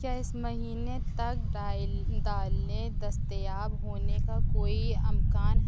کیا اس مہینے تک دالیں دستیاب ہونے کا کوئی امکان ہے